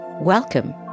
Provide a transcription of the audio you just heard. Welcome